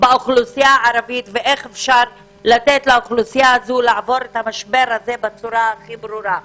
באוכלוסייה הערבית ואיך ניתן לתת לה לעבור את המשבר הזה בצורה הכי ברורה.